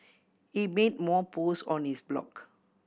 he made more post on his blog